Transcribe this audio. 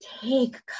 Take